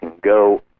go